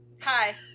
Hi